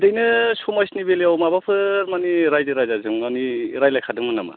बिदिनो समाजनि बेलायाव माबाफोर माने रायजो राजाजों माने रायलायखादोंमोन नामा